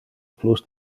plus